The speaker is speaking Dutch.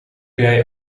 jij